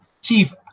Chief